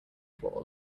floor